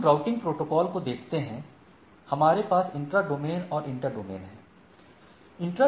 यदि हम routing protocol को देखते हैं हमारे पास इंट्रा डोमेन और इंटर डोमेन है